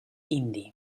indi